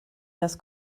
das